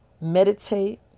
meditate